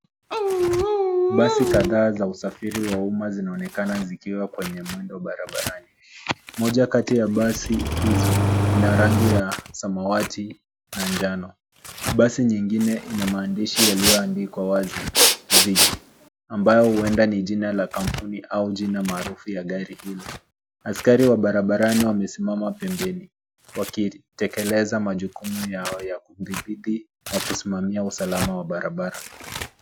Basi kadhaa za usafiri wa umma zinaonekana zikiwa kwenye mwendo barabarani. Moja kati ya basi hizo zina rangi ya samawati na njano basi nyingine ina maandishi yaliyoandikwa wazi, zigi ambao huenda ni jina la kampuni au jina maarufu ya gari hilo. Askari wa barabarani wamesimama pembeni wakitekeleza majukumu yao ya kudhibiti na kusimamia usalama wa barabara.